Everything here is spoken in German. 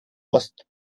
ost